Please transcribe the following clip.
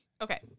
Okay